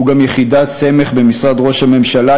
שהוא גם יחידת סמך במשרד ראש הממשלה,